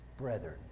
Brethren